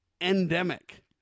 endemic